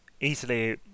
easily